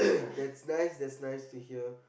that's nice that's nice to hear